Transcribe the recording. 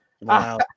wow